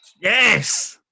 Yes